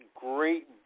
great